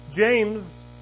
James